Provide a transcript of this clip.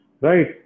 right